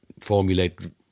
formulate